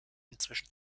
inzwischen